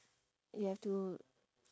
you have to